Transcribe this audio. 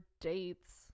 dates